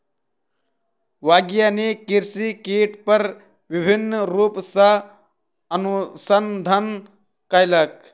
वैज्ञानिक कृषि कीट पर विभिन्न रूप सॅ अनुसंधान कयलक